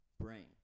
brain